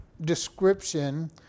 description